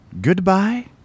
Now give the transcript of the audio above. Goodbye